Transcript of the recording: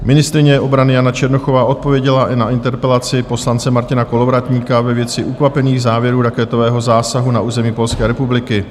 Ministryně obrany Jana Černochová odpověděla i na interpelaci poslance Martina Kolovratníka ve věci Ukvapených závěrů raketového zásahu na území Polské republiky.